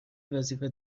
وظیفه